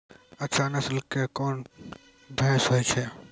अच्छा नस्ल के कोन भैंस होय छै?